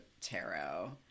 tarot